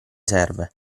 serve